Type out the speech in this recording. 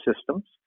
systems